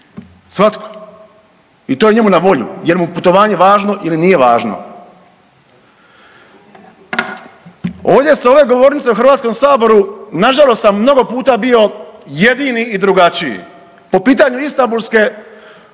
Svatko i to njemu na volju jer mu putovanje važno ili nije važno. Ovdje s ove govornice u HS nažalost sam mnogo puta bio jedini i drugačiji. Po pitanju Istambulske